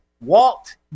Walt